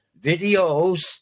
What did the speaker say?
videos